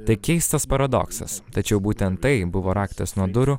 tai keistas paradoksas tačiau būtent tai buvo raktas nuo durų